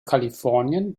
kalifornien